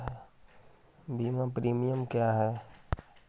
बीमा प्रीमियम क्या है?